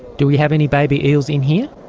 do we have any baby eels in here?